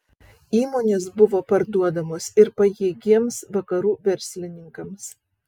įmonės buvo parduodamos ir pajėgiems vakarų verslininkams